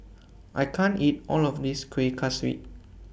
I can't eat All of This Kueh Kaswi